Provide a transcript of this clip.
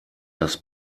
das